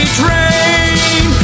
train